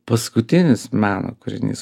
paskutinis meno kūrinys